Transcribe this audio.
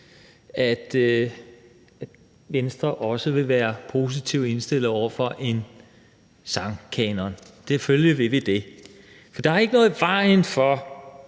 at Venstre også vil være positivt indstillet over for en sangkanon – selvfølgelig vil vi det. For der er ikke noget i vejen for